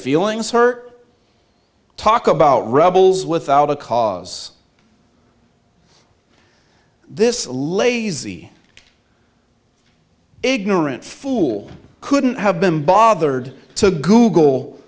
feelings hurt talk about rebels without a cause this lazy ignorant fool couldn't have been bothered to google